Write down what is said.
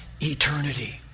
eternity